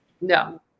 No